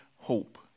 hope